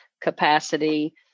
capacity